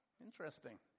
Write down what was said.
Interesting